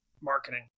marketing